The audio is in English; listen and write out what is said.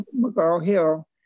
McGraw-Hill